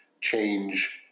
change